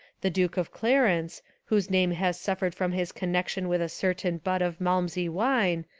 the duke of clarence, whose name has suffered from his connection with a certain butt of malmsey wine,